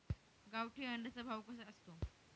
गावठी अंड्याचा भाव कसा असतो?